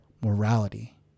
morality